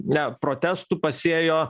na protestų pasėjo